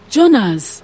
Jonas